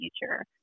future